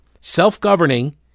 Self-governing